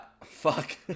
Fuck